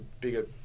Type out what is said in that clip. bigger